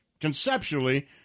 conceptually